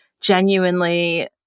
genuinely